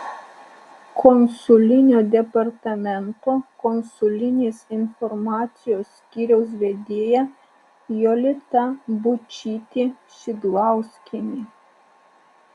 konsulinio departamento konsulinės informacijos skyriaus vedėja jolita būčytė šidlauskienė